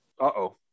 uh-oh